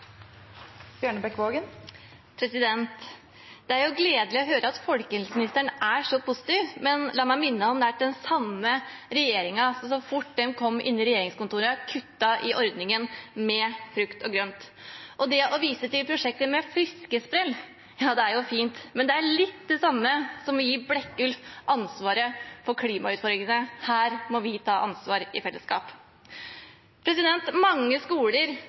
Det er gledelig å høre at folkehelseministeren er så positiv, men la meg minne om at den regjeringen hun sitter i, så fort den kom inn i regjeringskontorene, kuttet i ordningen med frukt og grønt. Det å vise til prosjektet Fiskesprell er jo fint, men det er litt det samme som å gi Blekkulf ansvaret for klimautfordringene. Her må vi ta ansvar i fellesskap. Mange skoler